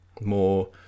more